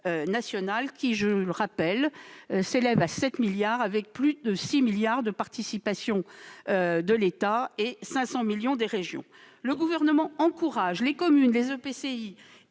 national, qui, je le redis, s'élève à 7 milliards d'euros, avec plus de 6 milliards d'euros de participation de l'État et 500 millions d'euros des régions. Le Gouvernement encourage les communes, les EPCI